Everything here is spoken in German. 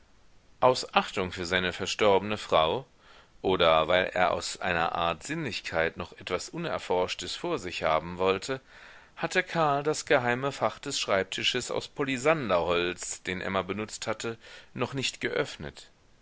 aus achtung für seine verstorbene frau oder weil er aus einer art sinnlichkeit noch etwas unerforschtes vor sich haben wollte hatte karl das geheime fach des schreibtisches aus polisanderholz den emma benutzt hatte noch nicht geöffnet